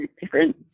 different